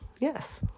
Yes